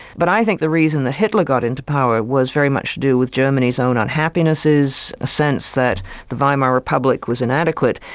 but i think the reason that hitler got into power was very much to do with germany's own unhappinesses, a sense that the weimar republic was inadequate.